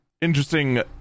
interesting